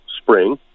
spring